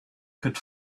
could